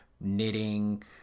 knitting